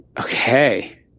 okay